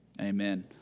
Amen